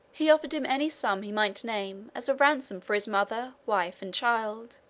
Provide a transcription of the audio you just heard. he offered him any sum he might name as a ransom for his mother, wife, and child,